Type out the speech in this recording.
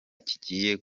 kigiye